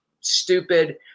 stupid